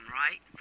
right